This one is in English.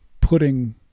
putting